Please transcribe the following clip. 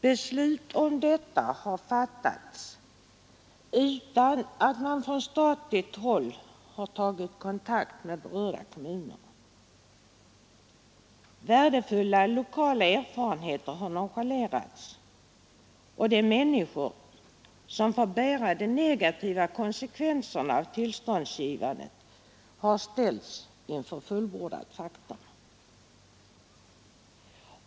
Beslut om detta har fattats utan att man från statligt håll har tagit kontakt med berörda kommuner. Värdefulla lokala erfarenheter har nonchalerats, och de människor som får bära de negativa konsekvenserna av tillståndsgivningen har ställts inför fullbordat faktum.